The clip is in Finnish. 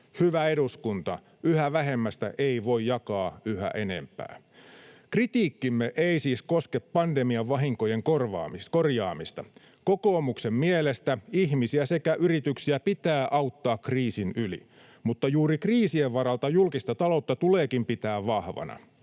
Hyvä eduskunta, yhä vähemmästä ei voi jakaa yhä enempää. Kritiikkimme ei siis koske pandemian vahinkojen korjaamista. Kokoomuksen mielestä ihmisiä sekä yrityksiä pitää auttaa kriisin yli. Mutta juuri kriisien varalta julkista taloutta tuleekin pitää vahvana.